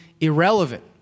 irrelevant